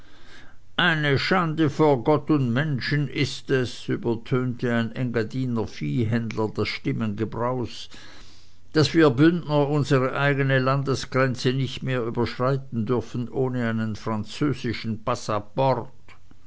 eine schande vor gott und menschen ist es übertönte ein engadiner viehhändler das stimmengebraus daß wir bündner unsere eigene landesgrenze nicht mehr überschreiten dürfen ohne einen französischen